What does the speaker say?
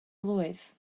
blwydd